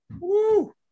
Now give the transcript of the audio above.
Woo